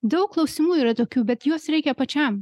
daug klausimų yra tokių bet į juos reikia pačiam